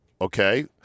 okay